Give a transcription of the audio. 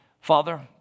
Father